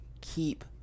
keep